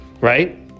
right